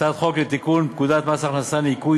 הצעת חוק לתיקון פקודת מס הכנסה (ניכוי